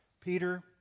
Peter